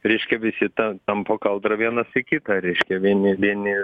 reiškia visi tą tampo kaldrą vienas į kitą reiškia vieni vieni